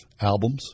albums